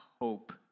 hope